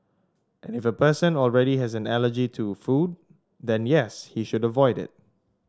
and if a person already has an allergy to a food then yes he should avoid it